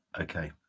Okay